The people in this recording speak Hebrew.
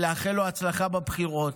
ולאחל לו הצלחה בבחירות.